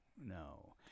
no